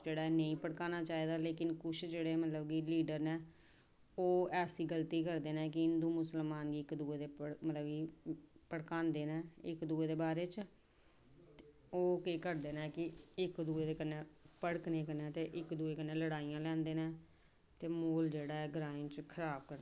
नेईं भड़काना चाहिदा लेकिन कुछ मतलब कि जेह्ड़े लीडर न ओह् ऐसी गल्ती करदे न कि हिंदु मुशलमान इक्क दूए गी भड़कांदे न इक्क दूए दे बारै च ओह् केह् करदे न कि इक्क दूए दे कन्नै भड़कने कन्नै के इक्क दूए कन्नै लड़ाइयां लैंदे न ते म्हौल जेह्ड़ा ग्रांऽ च खराब